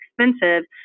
expensive